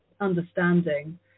understanding